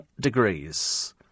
degrees